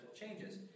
changes